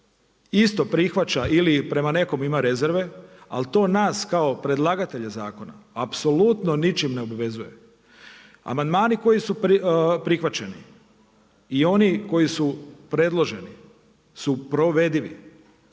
isto prihvaća ili prema nekom ima rezerve, ali to nas kao predlagatelje zakona apsolutno ničim ne obvezuje. Amandmani koji su prihvaćeni i oni koji su predloženi su provedivi.